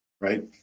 right